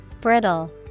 brittle